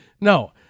No